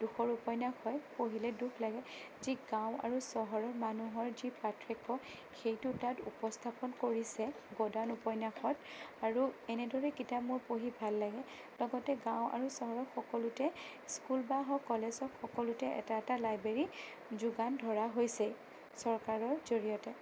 দুখৰ উপন্যাস হয় পঢ়িলে দুখ লাগে যি গাওঁ আৰু চহৰৰ মানুহৰ যি পাৰ্থক্য সেইটো তাত উপস্থাপন কৰিছে গদান উপন্যাসত আৰু এনেদৰে কিতাপ মোৰ পঢ়ি ভাল লাগে লগতে গাওঁ আৰু চহৰৰ সকলোতে স্কুল বা হওঁক কলেজ হওঁক সকলোতে এটা এটা লাইব্ৰেৰী যোগান ধৰা হৈছে চৰকাৰৰ জড়িয়তে